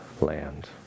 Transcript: land